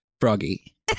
Froggy